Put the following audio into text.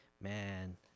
man